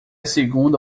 segunda